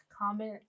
comment